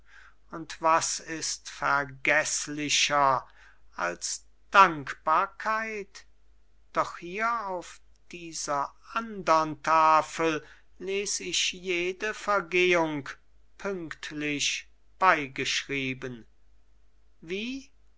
und was ist vergeßlicher als dankbarkeit doch hier auf dieser andern tafel les ich jede vergehung pünktlich beigeschrieben wie